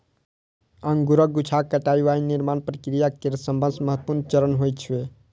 अंगूरक गुच्छाक कटाइ वाइन निर्माण प्रक्रिया केर सबसं महत्वपूर्ण चरण होइ छै